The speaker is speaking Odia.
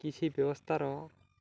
କିଛି ବ୍ୟବସ୍ଥାର